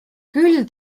küll